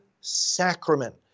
sacrament